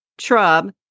Trub